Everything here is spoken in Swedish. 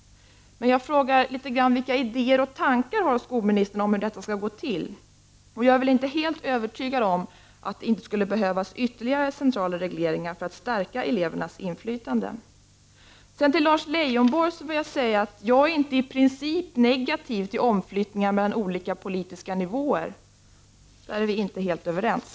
Men jag frågar: Vilka idéer och tankar har skolministern om hur detta skall gå till? Jag är inte helt övertygad om att det inte skulle behövas ytterligare centrala regleringar för att stärka elevernas inflytande. Till Lars Leijonborg vill jag säga att jag inte är i princip negativt inställd till omflyttningar mellan olika politiska nivåer. I det avseendet är vi inte helt överens.